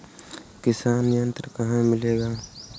किसान यंत्र कहाँ मिलते हैं?